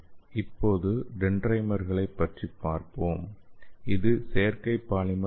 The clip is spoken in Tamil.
இப்போது டென்ட்ரைமர்களைப் பற்றி பார்ப்போம் இது செயற்கை பாலிமர் ஆகும்